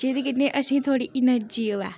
जेह्दे कन्नै असें थोह्ड़ी एनर्जी होवै